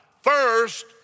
first